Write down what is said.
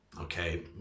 Okay